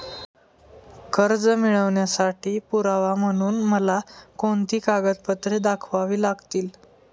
कर्ज मिळवण्यासाठी पुरावा म्हणून मला कोणती कागदपत्रे दाखवावी लागतील?